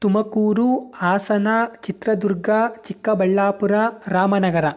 Tumakuru Hassan Chitradurga Chikkaballapur Ramanagara